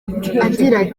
ati